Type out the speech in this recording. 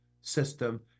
system